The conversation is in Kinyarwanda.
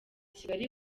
kigali